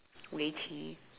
围棋